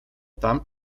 tam